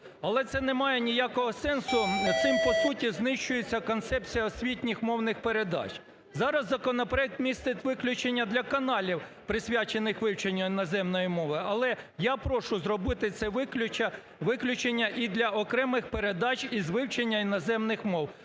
Але це немає ніякого сенсу, цим по суті знищується концепція освітніх мовних передач. Зараз законопроект містить виключення для каналів, присвячених вивченню іноземної мови. Але я прошу зробити це виключення і для окремих передач із вивчення іноземних мов.